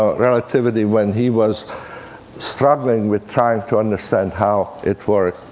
relativity, when he was struggling with trying to understand how it worked.